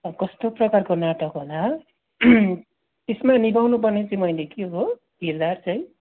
अब कस्तो प्रकारको नाटक होला हो त्यसमा निभाउनु पर्ने चाहिँ मैले के हो किरदार चाहिँ